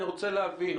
אני רוצה להבין.